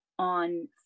On